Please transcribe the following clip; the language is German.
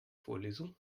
vorlesung